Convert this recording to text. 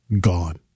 gone